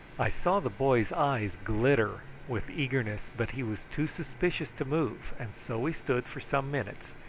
i saw the boy's eyes glitter with eagerness, but he was too suspicious to move, and so we stood for some minutes,